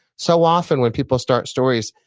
so often when people start stories,